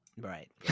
right